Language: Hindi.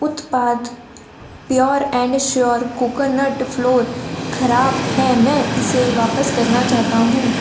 उत्पाद pure and sure coconut flour ख़राब है मैं इसे वापस करना चाहता हूँ